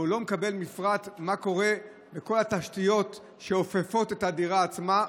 אבל הוא לא מקבל מפרט מה קורה בכל התשתיות שאופפות את הדירה עצמה,